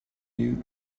you